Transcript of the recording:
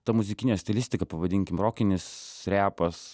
ta muzikinė stilistika pavadinkim rokinis repas